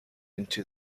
into